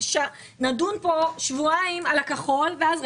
נדון כאן שבועיים על הכחול ואז,